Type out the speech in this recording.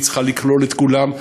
חייבים לכלול את כולם.